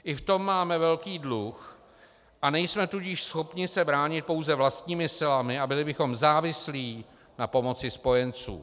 I v tom máme velký dluh, a nejsme tudíž schopni se bránit pouze vlastními silami a byli bychom závislí na pomoci spojenců.